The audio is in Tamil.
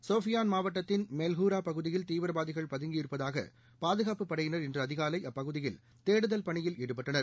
ஷோபியான் மாவட்டத்தின் மெல்ஹூரா பகுதியில் தீவிரவாதிகள் பதுங்கியிருப்பதாக வந்த தகவலை அடுத்து பாதுகாப்பு படையினர் இன்று அதிகாலை அப்பகுதியில் தேடுதல் பணியில் ஈடுபட்டனர்